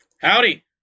Howdy